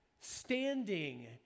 standing